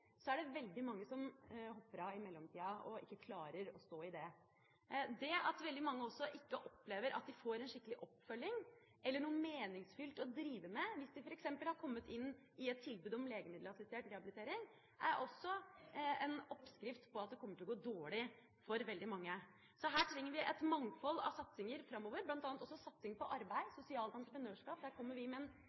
så kommer ut derfra igjen og må stå i en lengre kø før de kommer inn til langvarig behandling, er det veldig mange som hopper av i mellomtida og ikke klarer å stå i det. Det at veldig mange heller ikke opplever at de får skikkelig oppfølging eller noe meningsfylt å drive med hvis de f.eks. har kommet inn i et tilbud om legemiddelassistert rehabilitering, er også en oppskrift på at det kommer til å gå dårlig for veldig mange. Så her trenger vi et mangfold av satsinger framover, bl.a. også